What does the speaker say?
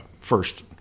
first